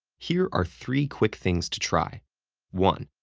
here are three quick things to try one.